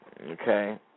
Okay